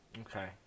Okay